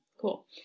cool